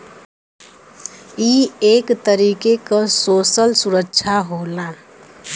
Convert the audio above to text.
ई एक तरीके क सोसल सुरक्षा होला